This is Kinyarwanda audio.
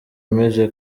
imeze